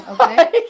okay